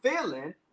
feeling